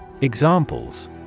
Examples